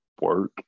work